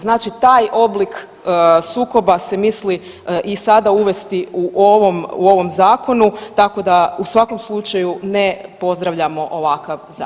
Znači taj oblik sukoba se misli i sada uvesti u ovom, u ovom zakonu tako da u svakom slučaju ne pozdravljamo ovakav zakon.